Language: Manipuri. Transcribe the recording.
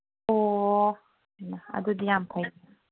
ꯑꯣ ꯍꯩꯃꯥ ꯑꯗꯨꯗꯤ ꯌꯥꯝ ꯐꯩ